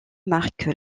marque